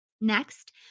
Next